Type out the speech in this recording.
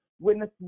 witness